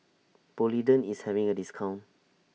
Polident IS having A discount